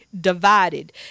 divided